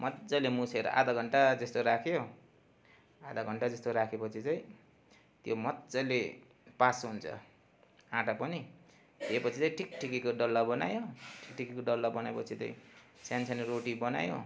मजाले मुछेर आधा घन्टा जस्तो राख्यो आधा घन्टा जस्तो राखेपछि चाहिँ त्यो मजाले पास हुन्छ आटा पनि त्यो पछि चाहिँ ठिक ठिकको डल्ला बनायो ठिक ठिकैको डल्ला बनाए पछि चाहिँ सानो सानो रोटी बनायो